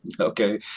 Okay